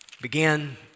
began